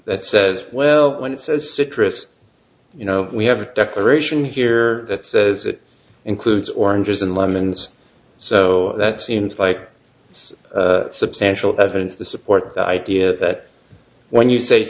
that says well when it says citrus you know we have a declaration here that says it includes oranges and lemons so that seems like it's substantial evidence to support the idea that when you say